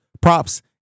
props